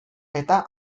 eta